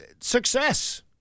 Success